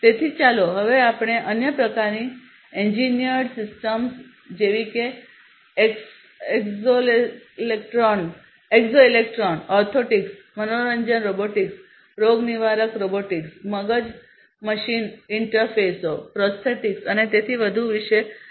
તેથી ચાલો હવે આપણે અન્ય પ્રકારની એન્જિનિયર્ડ સિસ્ટમ્સ જેવી કે એક્ઝોસ્કેલેટોન ઓર્થોટિક્સ મનોરંજન રોબોટિક્સ રોગનિવારક રોબોટિક્સ મગજ મશીન ઇન્ટરફેસો પ્રોસ્થેટિક્સ અને તેથી વધુ વિશે વાત કરીએ